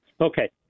Okay